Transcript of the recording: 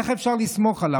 איך אפשר לסמוך עליו?